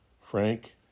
Frank